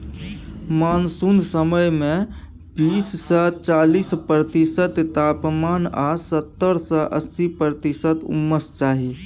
monsoon समय मे बीस सँ चालीस प्रतिशत तापमान आ सत्तर सँ अस्सी प्रतिशत उम्मस चाही